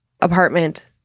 apartment